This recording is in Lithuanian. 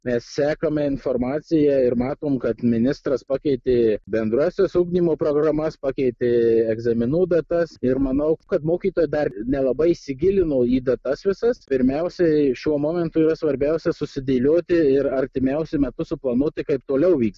mes sekame informaciją ir matom kad ministras pakeitė bendrąsias ugdymo programas pakeitė egzaminų datas ir manau kad mokytojai dar nelabai įsigilino į datas visas pirmiausiai šiuo momentu yra svarbiausia susidėlioti ir artimiausiu metu su planu tai kaip toliau vyks